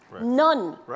none